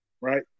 right